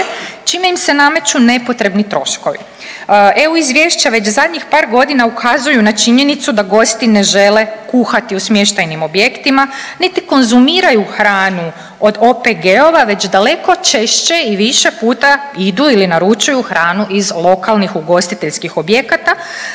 čime im se nameću nepotrebni troškovi. EU izvješća već zadnjih par godina ukazuju na činjenicu da gosti ne žele kuhati u smještajnim objektima niti konzumiraju hranu od OPG-ova već daleko češće i više puta idu ili naručuju hranu iz lokalnih, ugostiteljskih objekata